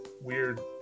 weird